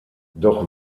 doch